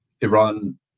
Iran